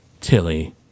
Tilly